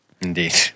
Indeed